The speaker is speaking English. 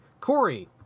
Corey